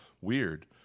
weird